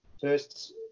first